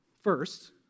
First